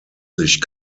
sich